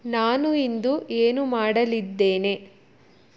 ನಾನು ಇಂದು ಏನು ಮಾಡಲಿದ್ದೇನೆ